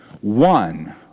one